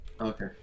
okay